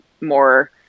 more